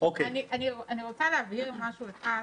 אני רוצה להבהיר משהו אחד